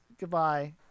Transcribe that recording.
Goodbye